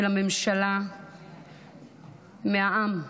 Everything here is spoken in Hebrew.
של הממשלה, מהעם.